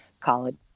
college